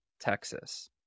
Texas